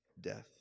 death